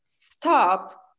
stop